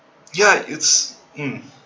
ya it's mm